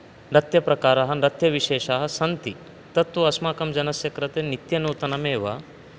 नृत्यप्रकारः नृत्यविषेशाः सन्ति तत्तु अस्माकं जनस्य कृते नित्यनूतनम् एव